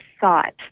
thought